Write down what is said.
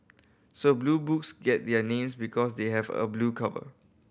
so Blue Books get their names because they have a blue cover